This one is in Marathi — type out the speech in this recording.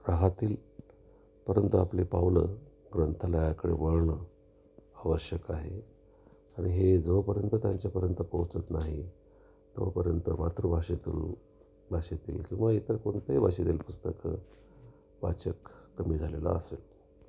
राहतील परंतु आपले पाऊलं ग्रंथालयाकडे वळणं आवश्यक आहे आणि हे जोपर्यंत त्यांच्यापर्यंत पोहचत नाही तोपर्यंत मातृभाषेत भाषेतील किंवा इतर कोणत्याही भाषेतील पुस्तकं वाचक कमी झालेलं असेल